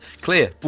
Clear